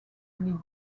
ligue